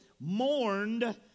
mourned